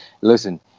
listen